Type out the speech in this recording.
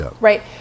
Right